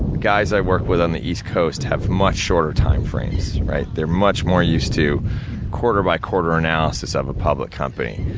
guys i work with on the east coast have much shorter timeframes. they're much more used to quarter by quarter analysis of a public company.